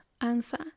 answer